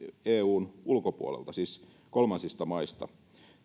eun ulkopuolelta siis kolmansista maista